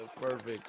perfect